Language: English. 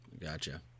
Gotcha